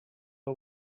are